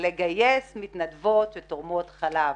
לגייס מתנדבות שתורמות חלב.